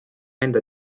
enda